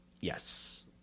Yes